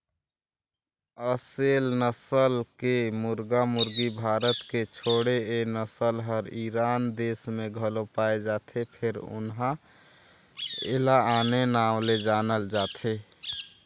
असेल नसल के मुरगा मुरगी भारत के छोड़े ए नसल हर ईरान देस में घलो पाये जाथे फेर उन्हा एला आने नांव ले जानल जाथे